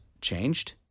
changed